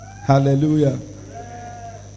Hallelujah